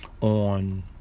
on